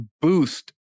boost